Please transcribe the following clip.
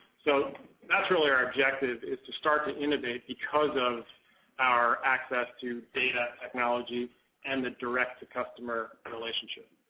so that's really our objective, is to start to innovate because of our access to data technology and the direct-to-customer relationship.